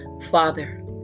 Father